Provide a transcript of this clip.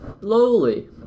slowly